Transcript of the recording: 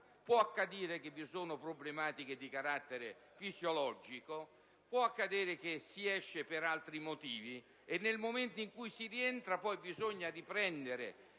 Può accadere che vi siano problematiche di carattere fisiologico, può accadere che si esca per altri motivi: e, nel momento in cui si rientra, bisogna rifare